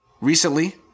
recently